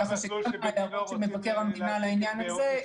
ככה שגם להערות של מבקר המדינה לעניין הזה יש --- זה